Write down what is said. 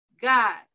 God